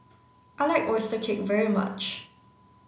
I like oyster cake very much